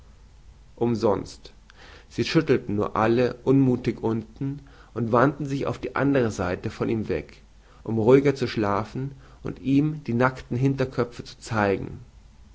umsonst sie schüttelten nur alle unmuthig unten und wandten sich auf die andere seite von ihm weg um ruhiger zu schlafen und ihm die nackten hinterköpfe zu zeigen